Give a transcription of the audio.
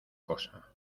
cosa